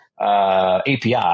API